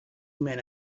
men